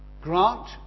grant